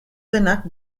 denak